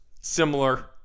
similar